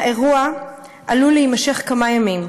האירוע עלול להימשך כמה ימים,